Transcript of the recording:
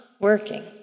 working